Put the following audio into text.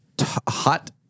hot